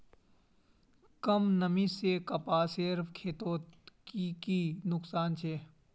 कम नमी से कपासेर खेतीत की की नुकसान छे?